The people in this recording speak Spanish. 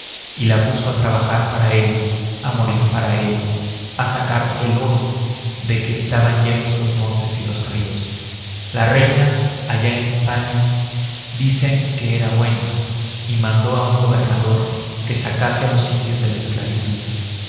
y la puso a trabajar para él a morir para él a sacar el oro de que estaban llenos los montes y los ríos la reina allá en españa dicen que era buena y mandó a un gobernador que sacase a los indios de la esclavitud